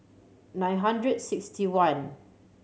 nine hundred sixty one